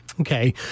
Okay